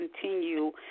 continue